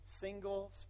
single